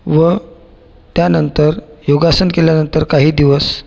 व त्यानंतर योगासन केल्यानंतर काही दिवस